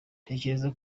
ntekereza